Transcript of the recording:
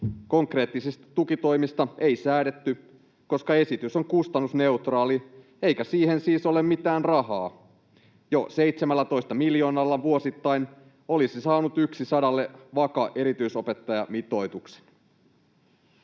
Konkreettisista tukitoimista ei säädetty, koska esitys on kustannusneutraali eikä siihen siis ole mitään rahaa. Jo 17 miljoonalla vuosittain olisi saanut 1:100-vaka-erityisopettajamitoituksen.